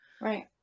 Right